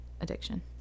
addiction